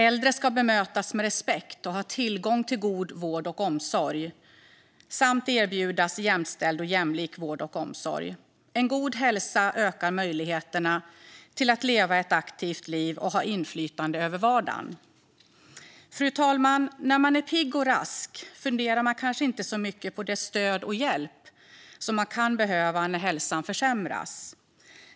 Äldre ska bemötas med respekt och ha tillgång till god vård och omsorg samt erbjudas jämställd och jämlik vård och omsorg. En god hälsa ökar möjligheterna till att leva ett aktivt liv och ha inflytande över vardagen. Fru talman! När man är pigg och rask funderar man kanske inte så mycket på det stöd och den hjälp som man kan behöva när hälsan försämras.